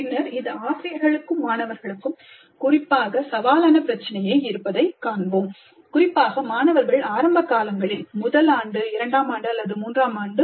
பின்னர் இது ஆசிரியர்களுக்கும் மாணவர்களுக்கும் குறிப்பாக சவாலான பிரச்சினையாக இருப்பதைக் காண்போம் குறிப்பாக மாணவர்கள் ஆரம்ப காலங்களில் முதல் ஆண்டு அல்லது இரண்டாம் ஆண்டு அல்லது மூன்றாம் ஆண்டு